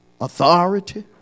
authority